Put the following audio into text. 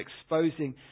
exposing